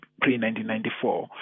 pre-1994